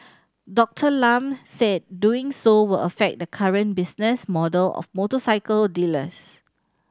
Doctor Lam said doing so will affect the current business model of motorcycle dealers